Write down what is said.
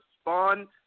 Spawn